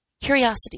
Curiosity